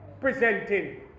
presenting